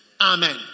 Amen